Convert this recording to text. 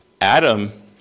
Adam